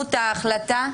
תקינות ההחלטה?